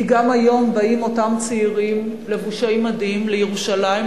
כי גם היום באים אותם צעירים לבושי מדים לירושלים,